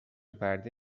پرده